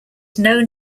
known